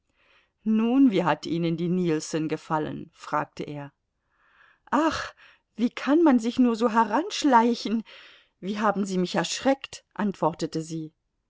nun wie hat ihnen die nilsson gefallen fragte er ach wie kann man sich nur so heranschleichen wie haben sie mich erschreckt antwortete sie